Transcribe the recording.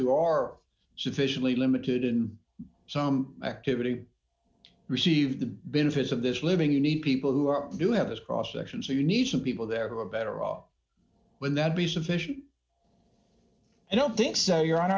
who are sufficiently limited in some activity receive the benefits of this living you need people who are do have this cross section so you need some people there who are better off when that be sufficient i don't think so your hon